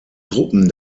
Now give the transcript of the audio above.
truppen